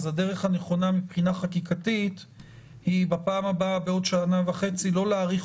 אז הדרך הנכונה מבחינה חקיקתית היא בפעם הבאה בעוד שנה וחצי לא להאריך